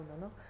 ¿no